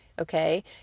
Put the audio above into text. okay